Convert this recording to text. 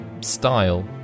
style